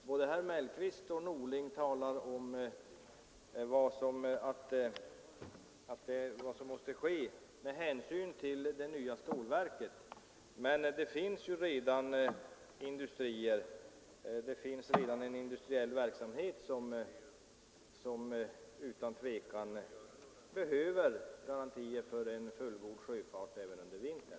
Både herr Mellqvist och herr Norling talar om vad som måste ske med hänsyn till det nya stålverket, men det finns ju redan en industriell verksamhet som utan tvivel behöver garantier för en fullgod sjöfart även under vintern.